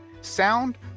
Sound